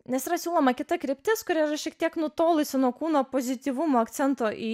nes yra siūloma kita kryptis kurios šiek tiek nutolusi nuo kūno pozityvumo akcento į